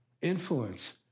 influence